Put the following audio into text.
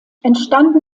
entstanden